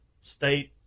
state